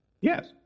Yes